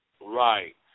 right